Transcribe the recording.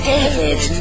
David